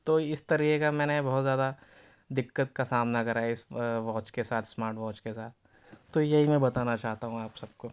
تو اس طریقے کا میں نے بہت زیادہ دقت کا سامنا کرا ہے اس واچ کے ساتھ اسمارٹ واچ کے ساتھ تو یہی میں بتانا چاہتا ہوں آپ سب کو